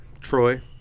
Troy